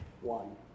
one